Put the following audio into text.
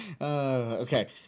okay